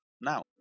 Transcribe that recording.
now